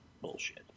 bullshit